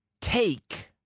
take